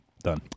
done